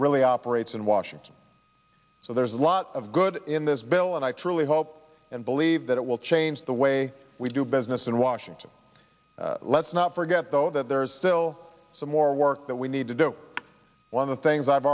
really operates in washington so there's a lot of good in this bill and i truly hope and believe that it will change the way we do business in washington let's not forget though that there's still some more work that we need to do on the things i've